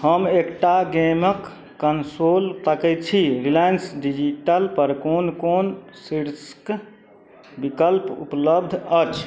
हम एकटा गेमके कन्सोल ताकै छी रिलायन्स डिजिटलपर कोन कोन शीर्षके विकल्प उपलब्ध अछि